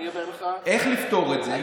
איך לפתור את זה?